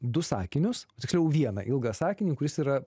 du sakinius tiksliau vieną ilgą sakinį kuris yra